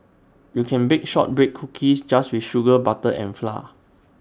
you can bake Shortbread Cookies just with sugar butter and flour